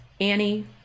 Annie